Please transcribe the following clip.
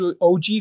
OG